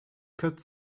cut